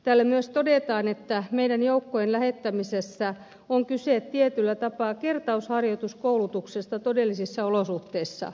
täällä myös todetaan että meidän joukkojen lähettämisessä on kyse tietyllä tapaa kertausharjoituskoulutuksesta todellisissa olosuhteissa